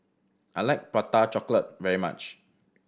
I like Prata Chocolate very much